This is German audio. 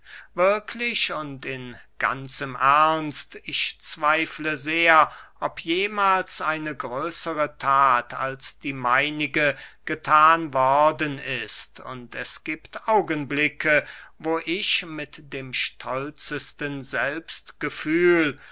wirklich und in ganzem ernst ich zweifle sehr ob jemahls eine größere that als die meinige gethan worden ist und es giebt augenblicke wo ich mit dem stolzesten selbstgefühl